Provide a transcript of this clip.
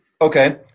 Okay